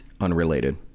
Unrelated